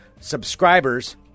subscribers